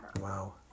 Wow